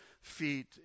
feet